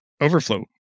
overflow